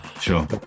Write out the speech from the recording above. Sure